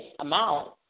amount